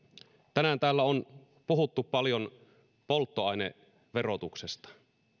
tänään täällä on puhuttu paljon polttoaineverotuksesta